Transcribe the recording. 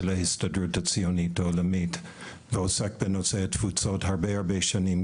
ההסתדרות הציונית העולמית ועוסק בנושא תפוצות הרבה שנים,